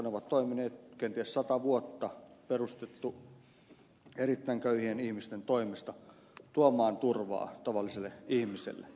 ne on perustettu kenties sata vuotta sitten erittäin köyhien ihmisten toimesta tuomaan turvaa tavalliselle ihmiselle